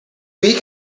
week